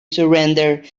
surrender